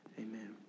amen